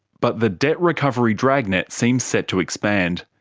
but the debt recovery dragnet seems set to expand.